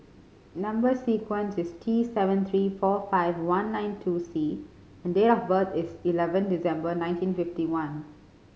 number sequence is T seven three four five one nine two C and date of birth is eleven December nineteen fifty one